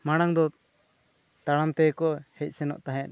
ᱢᱟᱲᱟᱝ ᱫᱚ ᱛᱟᱲᱟᱢ ᱛᱮᱜᱮᱠᱚ ᱦᱮᱡ ᱥᱮᱱᱚᱜ ᱛᱟᱦᱮᱸᱫ